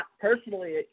Personally